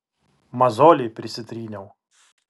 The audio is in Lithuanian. mozolį prisitryniau